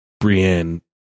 Brienne